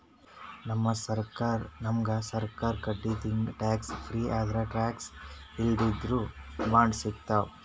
ನಮ್ಗ್ ಸರ್ಕಾರ್ ಕಡಿದಿಂದ್ ಟ್ಯಾಕ್ಸ್ ಫ್ರೀ ಅಂದ್ರ ಟ್ಯಾಕ್ಸ್ ಇರ್ಲಾರ್ದು ಬಾಂಡ್ ಸಿಗ್ತಾವ್